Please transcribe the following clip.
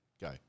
Go